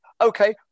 Okay